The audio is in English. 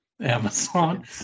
Amazon